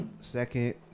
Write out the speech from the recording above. Second